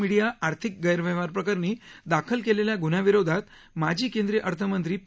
media आर्थिक गैरव्यवहार प्रकरणी दाखल केलेल्या गुन्ह्याविरोधात माजी केंद्रीय अर्थमंत्री पी